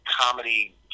comedy